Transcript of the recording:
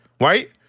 right